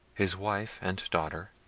his wife and daughter,